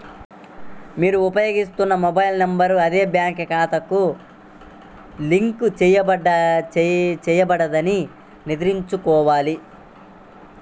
మీరు ఉపయోగిస్తున్న mobile number అదే బ్యాంక్ ఖాతాకు లింక్ చేయబడిందని నిర్ధారించుకోవాలి